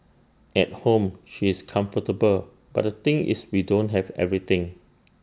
at home she's comfortable but the thing is we don't have everything